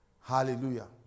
Hallelujah